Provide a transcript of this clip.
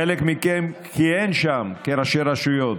חלק מכם כיהנו שם כראשי רשויות,